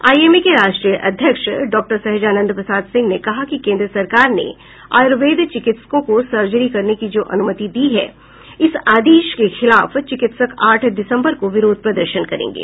IMA के राष्ट्रीय अध्यक्ष डॉक्टर सहजानंद प्रसाद सिंह ने कहा है कि केंद्र सरकार ने आयुर्वेद चिकित्सकों को सर्जरी करने की जो अनुमति दी है इस आदेश के खिलाफ चिकित्सक आठ दिसंबर को विरोध प्रदर्शन करेंगे